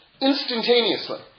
instantaneously